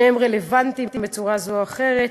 שניהם רלוונטיים בצורה זאת או אחרת,